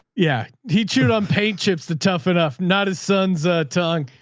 yeah. he chewed on paint chips. the tough enough, not as sun's a tongue.